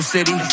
City